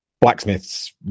Blacksmiths